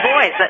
boys